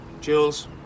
Jules